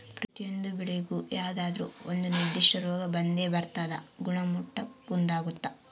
ಪ್ರತಿಯೊಂದು ಬೆಳೆಗೂ ಯಾವುದಾದ್ರೂ ಒಂದು ನಿರ್ಧಿಷ್ಟ ರೋಗ ಬಂದೇ ಬರ್ತದ ಗುಣಮಟ್ಟಕ್ಕ ಕುಂದಾಗುತ್ತ